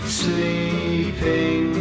sleeping